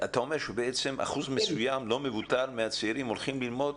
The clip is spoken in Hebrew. אתה אומר שבעצם אחוז לא מבוטל מן הצעירים הולך ללמוד,